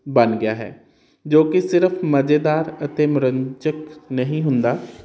ਬਣ ਗਿਆ ਹੈ ਜੋ ਕਿ ਸਿਰਫ ਮਜ਼ੇਦਾਰ ਅਤੇ ਮਨੋਰੰਜਕ ਨਹੀਂ ਹੁੰਦਾ